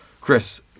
Chris